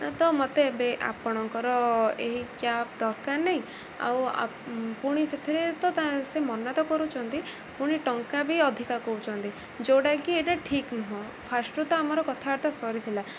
ତ ମତେ ଏବେ ଆପଣଙ୍କର ଏହି କ୍ୟାବ୍ ଦରକାର୍ ନାହିଁ ଆଉ ପୁଣି ସେଥିରେ ତ ସେ ମନା ତ କରୁଛନ୍ତି ପୁଣି ଟଙ୍କା ବି ଅଧିକା କହୁଛନ୍ତି ଯୋଉଟାକି ଏଇଟା ଠିକ୍ ନୁହଁ ଫାର୍ଷ୍ଟ୍ରୁ ତ ଆମର କଥାବାର୍ତ୍ତା ସରିଥିଲା